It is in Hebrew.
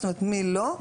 מי לא?